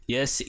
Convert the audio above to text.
Yes